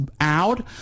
out